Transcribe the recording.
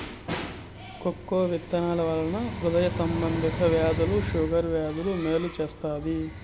cocoa విత్తనాల వలన హృదయ సంబంధ వ్యాధులు షుగర్ వ్యాధులకు మేలు చేత్తాది